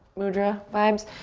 mudra vibes.